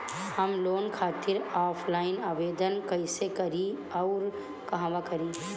हम लोन खातिर ऑफलाइन आवेदन कइसे करि अउर कहवा करी?